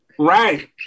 Right